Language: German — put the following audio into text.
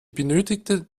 benötigte